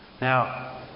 Now